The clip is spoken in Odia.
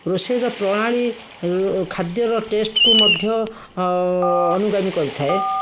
ରୋଷେଇର ପ୍ରଣାଳୀ ଖାଦ୍ୟର ଟେଷ୍ଟକୁ ମଧ୍ୟ ଅନୁଗାମୀ କରିଥାଏ